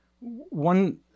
one